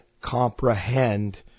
comprehend